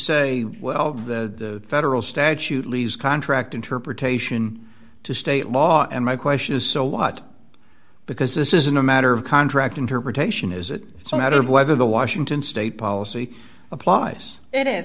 say well the federal statute leaves contract interpretation to state law and my question is so what because this isn't a matter of contract interpretation is it so matter of whether the washington state policy applies it is